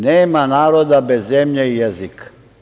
Nema naroda bez zemlje i jezika.